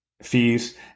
fees